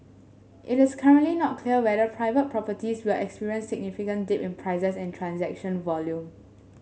it is currently not clear whether private properties will experience significant dip in prices and transaction volume